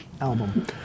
album